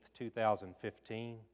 2015